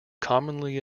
commonly